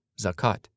zakat